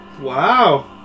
Wow